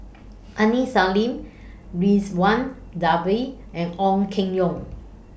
Aini Salim Ridzwan Dzafir and Ong Keng Yong